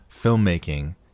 filmmaking